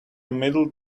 middle